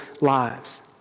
lives